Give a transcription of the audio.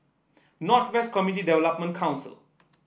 North West Community Development Council